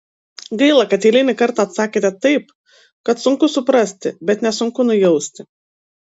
gaila kad eilinį kartą atsakėte taip kad sunku suprasti bet nesunku nujausti